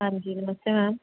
ਹਾਂਜੀ ਨਮਸਤੇ ਮੈਮ